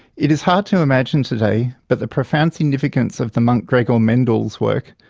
it is hard to imagine today but the profound significance of the monk gregor mendel's work,